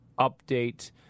update